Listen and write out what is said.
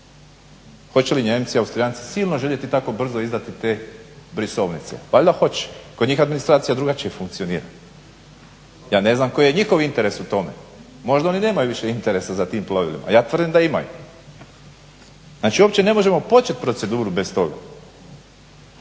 Hoće li Nijemci, Austrijanci silno željeti tako brzo izdati te brisovnice, valjda hoće. Kod njih administracija drugačije funkcionira. Ja ne znam koji je njihov interes u tome, možda oni nemaju više interesa za tim plovilima, a ja tvrdim da imaju. Znači uopće ne možemo počet proceduru bez toga.